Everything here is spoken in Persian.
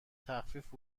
تخفیف